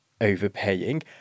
overpaying